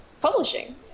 publishing